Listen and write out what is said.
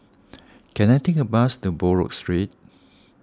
can I take a bus to Buroh Street